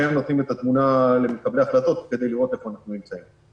שהם נותנים את התמונה למקבלי ההחלטות כדי לראות איפה אנחנו נמצאים.